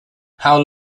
how